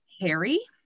harry